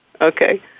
Okay